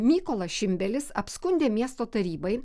mykolas šimbėlis apskundė miesto tarybai